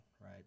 right